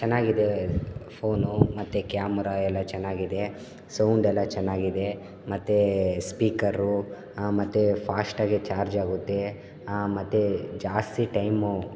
ಚೆನ್ನಾಗಿದೆ ಫೋನು ಮತ್ತು ಕ್ಯಾಮ್ರ ಎಲ್ಲ ಚೆನ್ನಾಗಿದೆ ಸೌಂಡೆಲ್ಲ ಚೆನ್ನಾಗಿದೆ ಮತ್ತು ಸ್ವೀಕರು ಮತ್ತು ಫಾಸ್ಟಾಗೆ ಚಾರ್ಜಾಗುತ್ತೆ ಮತ್ತು ಜಾಸ್ತಿ ಟೈಮು